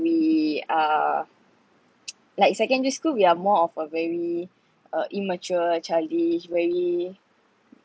we are like secondary school we are more of a very uh immature childish very